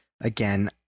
again